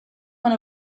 one